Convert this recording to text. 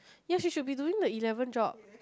yes we should be doing the eleven job